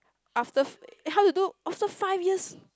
after how to do also five years